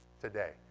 today